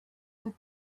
the